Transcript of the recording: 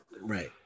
right